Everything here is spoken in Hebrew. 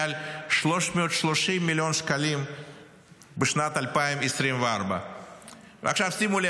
מעל 330 מיליון שקלים בשנת 2024. עכשיו שימו לב,